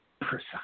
precise